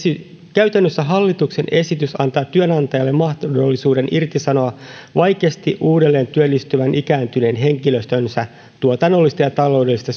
käytännössä hallituksen esitys antaa työnantajalle mahdollisuuden irtisanoa vaikeasti uudelleen työllistyvän ikääntyneen henkilöstönsä tuotannollisista ja taloudellisista